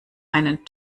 einen